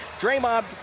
Draymond